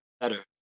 better